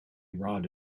rod